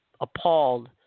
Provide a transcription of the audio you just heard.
appalled